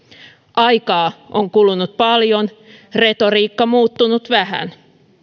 aikaa on kulunut paljon retoriikka muuttunut vähän